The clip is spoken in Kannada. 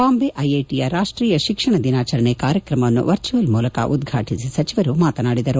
ಬಾಂಬೆ ಐಐಟಿಯ ರಾಷ್ಷೀಯ ಶಿಕ್ಷಣ ದಿನಾಚರಣೆ ಕಾರ್ಯಕ್ರಮವನ್ನು ವರ್ಜುವಲ್ ಮೂಲಕ ಉದ್ಘಾಟಿಸಿ ಸಚವರು ಮಾತನಾಡಿದರು